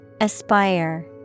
Aspire